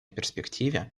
перспективе